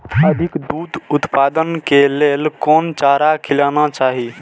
अधिक दूध उत्पादन के लेल कोन चारा खिलाना चाही?